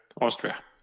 Austria